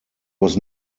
was